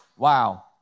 Wow